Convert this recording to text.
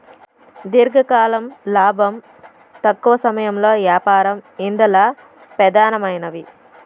దీర్ఘకాలం లాబం, తక్కవ సమయంలో యాపారం ఇందల పెదానమైనవి